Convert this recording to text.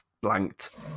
blanked